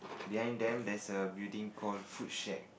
then then that's a building called food shake